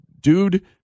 dude